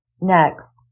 Next